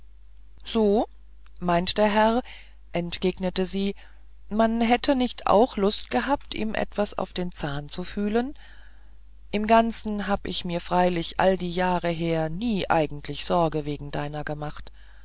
so meint der herr entgegnete sie man hätte nicht auch lust gehabt ihm etwas auf den zahn zu fühlen im ganzen habe ich mir freilich all die jahre her nie eigentliche sorge wegen deiner gemacht